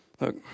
Look